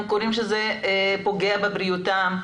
הם קוראים שזה פוגע בבריאותם,